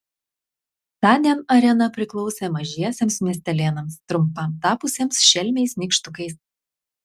tądien arena priklausė mažiesiems miestelėnams trumpam tapusiems šelmiais nykštukais